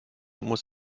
muss